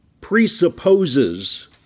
presupposes